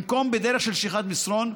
במקום בדרך של שליחת מסרון,